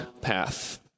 path